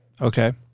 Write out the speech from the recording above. Okay